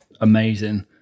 amazing